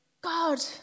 God